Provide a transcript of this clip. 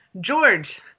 George